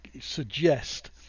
suggest